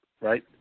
right